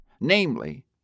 namely